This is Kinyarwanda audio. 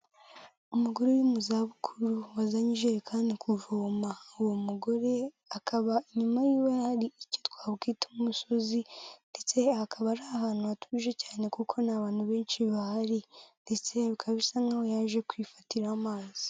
Umugore uri mu za bukuru, wazanye ijerikani kuvoma, uwo mugore akaba inyuma yiwe hari icyo twakwita nk'umusozi ndetse akaba ari ahantu hatuje cyane kuko ntabantu benshi bahari ndetse bikaba bisa nk'aho yaje kwifatira amazi.